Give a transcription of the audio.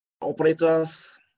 operators